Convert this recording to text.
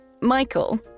Michael